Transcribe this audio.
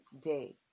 day